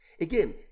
Again